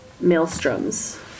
maelstroms